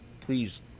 please